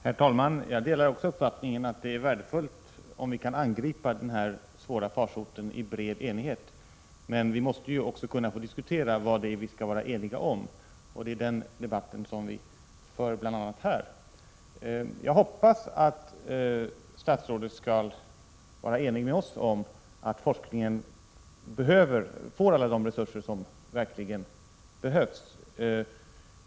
Herr talman! Jag delar också uppfattningen att det är värdefullt om vi kan angripa denna svåra farsot i bred enighet, men vi måste också kunna diskutera vad vi skall vara eniga om — det är den debatten som förs bl.a. här. Jag hoppas att statsrådet skall vara enig med oss om att forskningen måste få alla de resurser som verkligen behövs.